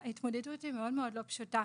ההתמודדות היא מאוד לא פשוטה.